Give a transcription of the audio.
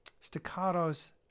staccatos